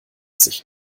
sich